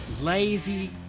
lazy